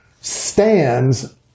stands